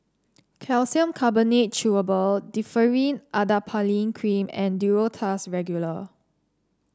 Calcium Carbonate Chewable Differin Adapalene Cream and Duro Tuss Regular